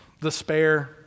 despair